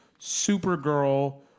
supergirl